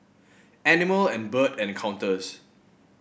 Animal and Bird Encounters